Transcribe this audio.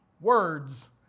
words